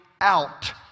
out